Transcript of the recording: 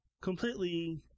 completely